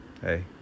Hey